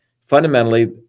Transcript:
fundamentally